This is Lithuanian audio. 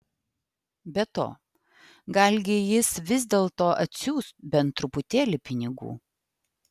be to galgi jis vis dėlto atsiųs bent truputėlį pinigų